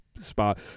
spot